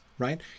Right